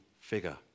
figure